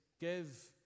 give